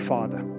Father